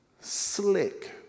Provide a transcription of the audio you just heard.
slick